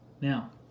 Now